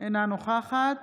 אינה נוכחת